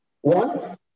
one